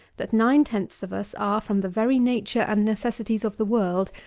that nine-tenths of us are, from the very nature and necessities of the world,